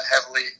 heavily